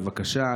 בבקשה,